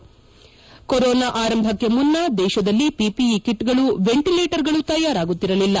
corona ಆರಂಭಕ್ಕೆ ಮುನ್ನ ದೇಶದಲ್ಲಿ ಪಿಪಿಇ ಕಿಟ್ಗಳು ವೆಂಟಿಲೇಟರುಗಳು ತಯಾರಾಗುತ್ತಿರಲಿಲ್ಲ